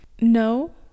No